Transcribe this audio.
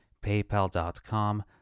Paypal.com